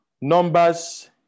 Numbers